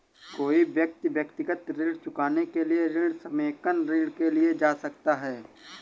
कोई व्यक्ति व्यक्तिगत ऋण चुकाने के लिए ऋण समेकन ऋण के लिए जा सकता है